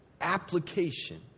Application